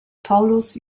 paulus